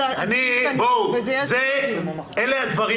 --- אלה הדברים